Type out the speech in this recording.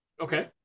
Okay